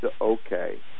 okay